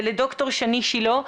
ולד"ר שני שילה.